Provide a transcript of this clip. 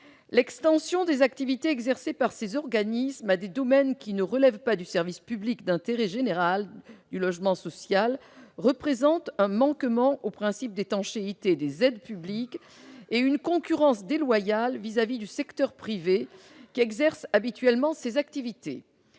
L'extension des activités exercées par ces organismes à des domaines du logement social qui ne relèvent pas du service public d'intérêt général représente un manquement au principe d'étanchéité des aides publiques et une concurrence déloyale vis-à-vis du secteur privé, qui exerce habituellement ces activités.